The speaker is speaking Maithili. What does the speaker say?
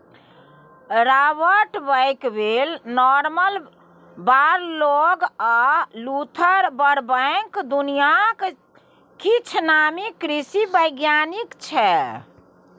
राबर्ट बैकबेल, नार्मन बॉरलोग आ लुथर बरबैंक दुनियाक किछ नामी कृषि बैज्ञानिक छै